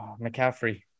mccaffrey